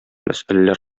мәсьәләләр